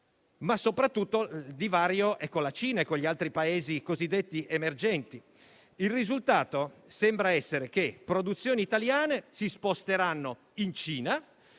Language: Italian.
è soprattutto con la Cina e con gli altri Paesi cosiddetti emergenti. Il risultato sembra essere che le produzioni italiane si sposteranno in Cina,